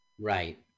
Right